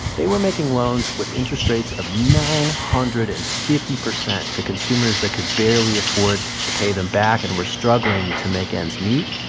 they were making loans with interest rates of nine hundred and fifty percent to consumers that could barely afford to pay them back and were struggling to make ends meet.